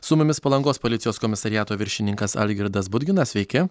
su mumis palangos policijos komisariato viršininkas algirdas budginas sveiki